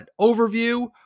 overview